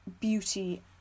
beauty